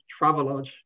Travelodge